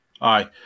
Aye